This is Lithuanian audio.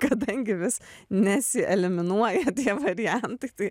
kadangi vis nesieliminuoja tie variantai tai